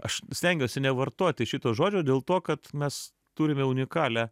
aš stengiuosi nevartoti šito žodžio dėl to kad mes turime unikalią